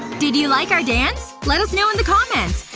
did you like our dance? let us know in the comments!